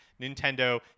nintendo